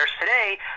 today